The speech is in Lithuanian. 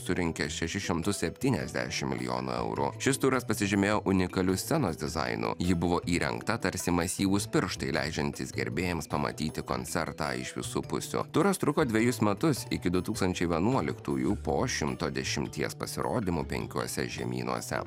surinkęs šešis šimtus septyniasdešim milijonų eurų šis turas pasižymėjo unikaliu scenos dizainu ji buvo įrengta tarsi masyvūs pirštai leidžiantys gerbėjams pamatyti koncertą iš visų pusių turas truko dvejus metus iki du tūkstančiai vienuoliktųjų po šimto dešimties pasirodymų penkiuose žemynuose